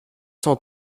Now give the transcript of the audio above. cent